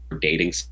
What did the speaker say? dating